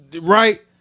right